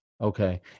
okay